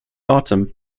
autumn